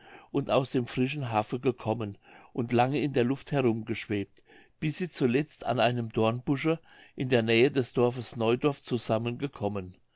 und aus dem frischen haffe gekommen und lange in der luft herumgeschwebt bis sie zuletzt an einem dornbusche in der nähe des dorfes neuendorf zusammengekommen